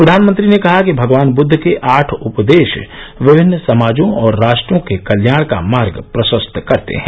प्रधानमंत्री ने कहा कि भगवान बुद्द के आठ उपदेश विभिन्न समाजों और राष्ट्रों के कल्याण का मार्ग प्रशस्त करते हैं